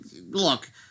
look